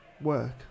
work